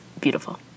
beautiful